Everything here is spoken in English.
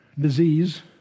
disease